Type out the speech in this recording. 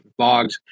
blogs